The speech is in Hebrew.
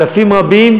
אלפים רבים,